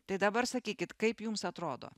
tai dabar sakykit kaip jums atrodo